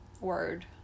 word